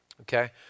okay